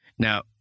Now